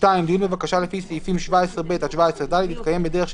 (2)דיון בבקשה לפי סעיפים 17ב עד 17ד יתקיים בדרך של